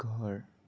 ঘৰ